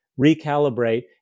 recalibrate